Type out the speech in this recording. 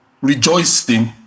rejoicing